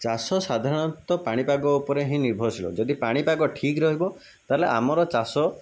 ଚାଷ ସାଧାରଣତ ପାଣିପାଗ ଉପରେ ହିଁ ନିର୍ଭରଶୀଳ ଯଦି ପାଣିପାଗ ଠିକ୍ ରହିବ ତାହେଲେ ଆମର ଚାଷ